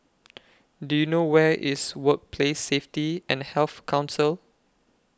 Do YOU know Where IS Workplace Safety and Health Council